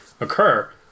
occur